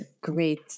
great